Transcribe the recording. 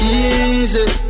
Easy